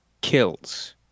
kills